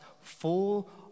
full